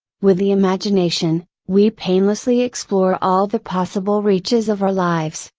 with the imagination, we painlessly explore all the possible reaches of our lives,